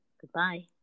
Goodbye